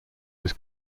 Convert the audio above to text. was